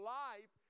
life